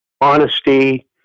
honesty